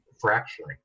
fracturing